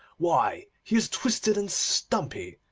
why, he is twisted and stumpy,